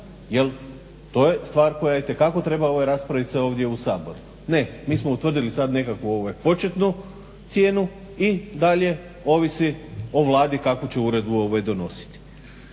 Jel' to je stvar koja itekako treba raspravit se ovdje u Saboru. Ne, mi smo utvrdili sad nekakvu početnu cijenu i dalje ovisi o Vladi kakvu će uredbu donositi.